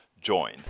join